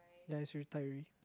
ya he's retired already